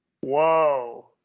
Whoa